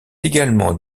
également